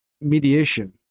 mediation